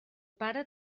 pare